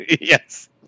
Yes